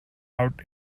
out